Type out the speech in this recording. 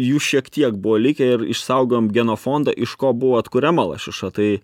jų šiek tiek buvo likę ir išsaugojom genofondą iš ko buvo atkuriama lašiša tai